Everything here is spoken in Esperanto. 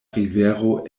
rivero